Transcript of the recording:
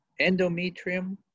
endometrium